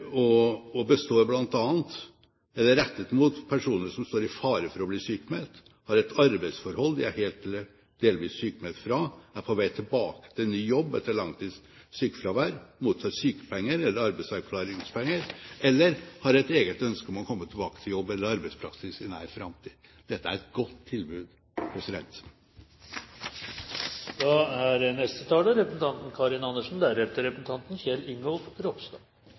som står i fare for å bli sykmeldt, har et arbeidsforhold de helt eller delvis er sykmeldt fra, er på vei tilbake til ny jobb etter langtids sykefravær, mottar sykepenger eller arbeidsavklaringspenger eller har et eget ønske om å komme tilbake til jobb eller arbeidspraksis i nær framtid. Det er et godt tilbud. Jeg vil takke interpellanten for å ta opp en veldig viktig sak. Sånn som også representanten